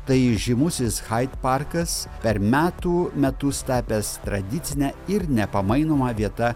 tai žymusis hait parkas per metų metus tapęs tradicine ir nepamainoma vieta